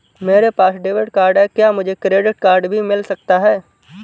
मेरे पास debit card है क्या मुझे क्रेडिट कार्ड भी मिल सकता है?